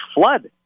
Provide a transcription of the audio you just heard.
flood